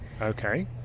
Okay